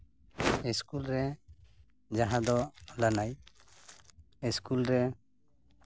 school ᱨᱮ ᱡᱟᱦᱟᱸ ᱫᱚ ᱞᱟᱹᱱᱟᱹᱭ ᱤᱥᱠᱩᱞ ᱨᱮ